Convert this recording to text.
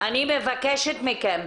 אני מבקשת מכם.